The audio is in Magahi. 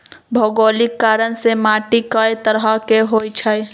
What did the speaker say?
भोगोलिक कारण से माटी कए तरह के होई छई